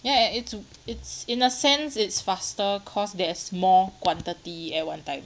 ya ya it's it's in a sense it's faster cause there's more quantity at one time